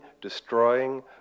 destroying